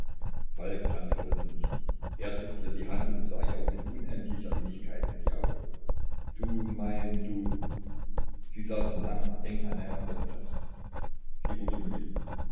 falk antwortete nicht er drückte ihr die hand und sah ihr mit unendlicher innigkeit in die augen du mein du sie saßen lange eng aneinander gepreßt sie wurde müde